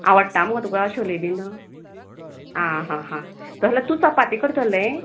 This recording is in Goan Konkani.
आवडटा मगो तुका छोले बीन आ हा हा जाल्यार तू चपाती करतले